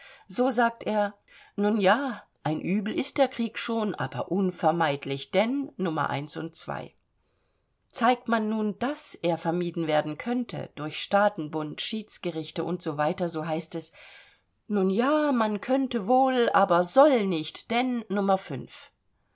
so sagt er nun ja ein übel ist der krieg schon aber unvermeidlich denn nr und zeigt man nun daß er vermieden werden könnte durch staatenbund schiedsgerichte u s w so heißt es nun ja man könnte wohl aber soll nicht denn nr